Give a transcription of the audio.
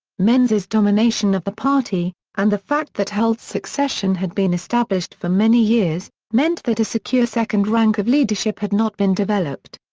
menzies' domination of the party, and the fact that holt's succession had been established for many years, meant that a secure second rank of leadership had not been developed.